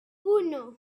uno